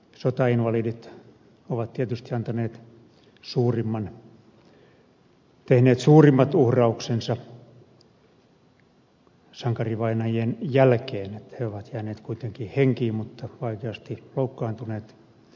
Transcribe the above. sotainvalidit ovat tietysti tehneet suurimmat uhraukset sankarivainajien jälkeen he ovat jääneet kuitenkin henkiin mutta vaikeasti loukkaantuneet